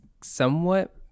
somewhat